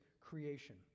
creation